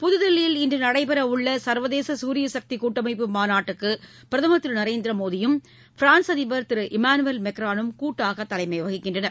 புதுதில்லியில் இன்று நடைபெற உள்ள சர்வதேச சூரியசக்தி கூட்டமைப்பு மாநாட்டுக்கு பிரதமர் திரு நரேந்திர மோடியும் பிரான்ஸ் அதிபர் திரு இமானுவேல் மேக்ரானும் கூட்டாக தலைமை வகிக்கின்றனர்